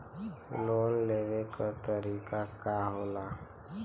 Loan लेवे क तरीकाका होला?